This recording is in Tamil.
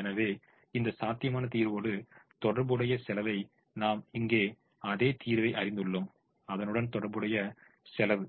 எனவே இந்த சாத்தியமான தீர்வோடு தொடர்புடைய செலவை நாம் இங்கே அதே தீர்வைக் அறிந்துள்ளோம் அதனுடன் தொடர்புடைய செலவு